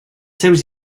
seus